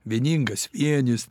vieningas vienis